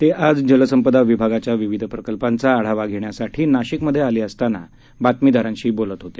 ते आज जलसंपदा विभागाच्या विविध प्रकल्पांचा आढावा घेण्यासाठी नाशिकमध्ये आले असताना बातमीदारांशी बोलत होते